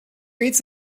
reads